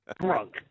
Drunk